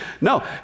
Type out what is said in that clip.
No